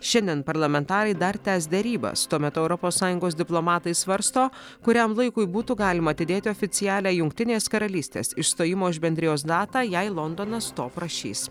šiandien parlamentarai dar tęs derybas tuo metu europos sąjungos diplomatai svarsto kuriam laikui būtų galima atidėti oficialią jungtinės karalystės išstojimo iš bendrijos datą jei londonas to prašys